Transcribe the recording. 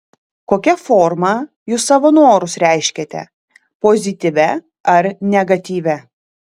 kokia forma jūs savo norus reiškiate pozityvia ar negatyvia